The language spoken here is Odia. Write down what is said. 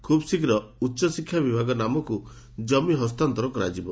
ଖୁବ୍ ଶୀଘ୍ର ଉଚ୍ଚଶିକ୍ଷା ବିଭାଗ ନାମକୁ ଜମି ହସ୍ତାନ୍ତର କରାଯିବ